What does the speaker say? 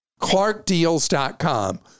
ClarkDeals.com